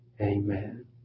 Amen